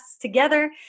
together